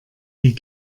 die